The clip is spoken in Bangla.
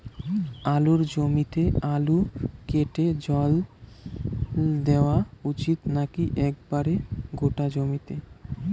আলুর জমিতে আল কেটে জল দেওয়া উচিৎ নাকি একেবারে গোটা জমিতে?